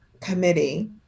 committee